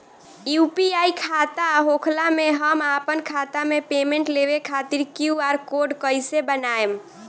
UPI खाता होखला मे हम आपन खाता मे पेमेंट लेवे खातिर क्यू.आर कोड कइसे बनाएम?